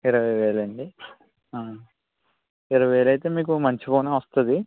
ఇరవై వేలు అండి ఇరవై వేలు అయితే మీకు మంచి ఫోన్ వస్తుంది